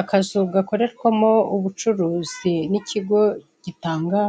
Akazu gakorerwamo ubucuruzi n'ikigo gitanga